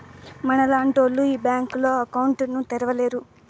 మనలాంటోళ్లు ఈ బ్యాంకులో అకౌంట్ ను తెరవలేరు